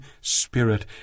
spirit